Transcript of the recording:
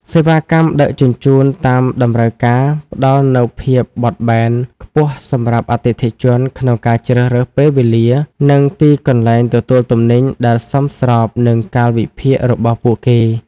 សេវាកម្មដឹកជញ្ជូនតាមតម្រូវការផ្តល់នូវភាពបត់បែនខ្ពស់សម្រាប់អតិថិជនក្នុងការជ្រើសរើសពេលវេលា និងទីកន្លែងទទួលទំនិញដែលសមស្របនឹងកាលវិភាគរបស់ពួកគេ។